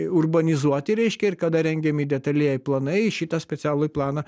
urbanizuoti reiškia ir kada rengiami detalieji planai į šitą specialųjį planą